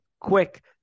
quick